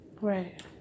Right